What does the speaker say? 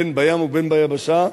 בין בים ובין ביבשה,